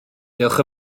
diolch